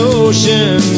ocean